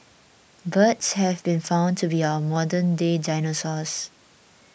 birds have been found to be our modernday dinosaurs